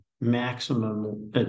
maximum